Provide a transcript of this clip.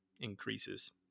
increases